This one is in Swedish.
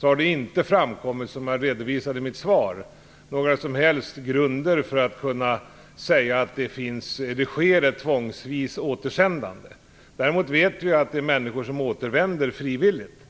har det inte framkommit, som jag redovisade i mitt svar, några som helst grunder för att kunna säga att det sker ett tvångsvis återsändande. Däremot vet vi att det finns människor som återvänder frivilligt.